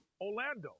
Orlando